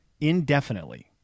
indefinitely